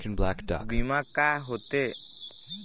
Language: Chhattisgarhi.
बीमा का होते?